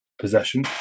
possession